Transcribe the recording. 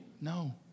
No